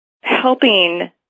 helping